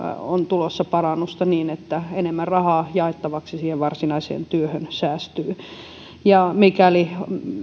on tulossa parannusta niin että enemmän rahaa jaettavaksi siihen varsinaiseen työhön säästyy mikäli